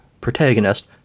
protagonist